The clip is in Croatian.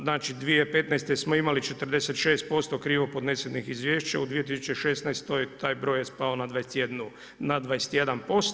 Znači 2015. smo imali 465 krivo podnošenih izvješća u 2016. taj broj je spao na 21%